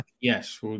Yes